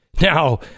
Now